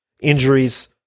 injuries